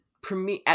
premiere